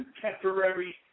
contemporary